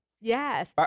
Yes